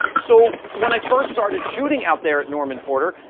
so, when i first started shooting out there at norman porter,